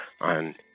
on